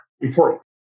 important